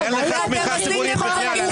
ואתם עשיתם את זה --- אין לך תמיכה ציבורית בכלל.